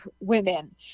women